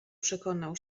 przekonał